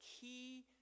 key